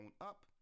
up